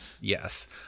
Yes